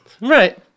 Right